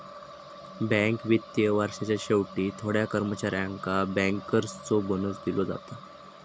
bank वित्तीय वर्षाच्या शेवटी थोड्या कर्मचाऱ्यांका बँकर्सचो बोनस दिलो जाता